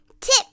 Tip